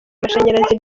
amashanyarazi